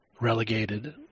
Relegated